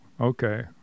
okay